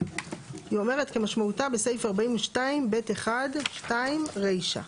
היא אומרת כמשמעותה בסעיף 42(ב)(1)(2) רישה.